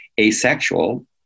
asexual